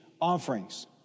offerings